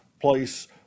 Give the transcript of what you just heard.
place